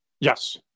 Yes